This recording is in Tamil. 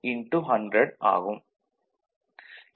100 ஆகும்